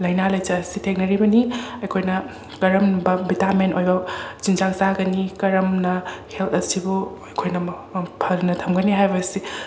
ꯂꯩꯅ ꯂꯩꯆꯠ ꯑꯁꯤ ꯊꯦꯡꯅꯔꯤꯕꯅꯤ ꯑꯩꯈꯣꯏꯅ ꯀꯥꯔꯝꯕ ꯚꯤꯇꯥꯃꯦꯟ ꯑꯣꯏꯔꯣ ꯆꯤꯟꯖꯥꯛ ꯆꯥꯒꯅꯤ ꯀꯔꯝꯅ ꯍꯦꯜꯠ ꯑꯁꯤꯕꯨ ꯑꯩꯈꯣꯏꯅ ꯐꯅ ꯊꯝꯒꯅꯤ ꯍꯥꯏꯕ ꯑꯁꯤ